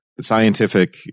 scientific